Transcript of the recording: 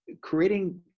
creating